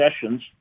Sessions